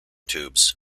tubes